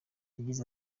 yagize